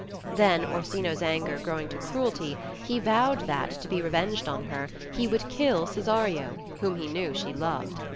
then orsino's anger growing to cruelty, he vowed that, to be revenged on her, he would kill cesario, whom he knew she loved.